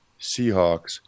Seahawks